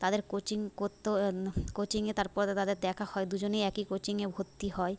তাদের কোচিং করত কোচিংয়ে তারপর তাদের দেখা হয় দুজনেই একই কোচিংয়ে ভর্তি হয়